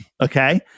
okay